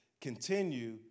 Continue